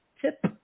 tip